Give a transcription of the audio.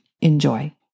Enjoy